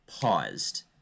paused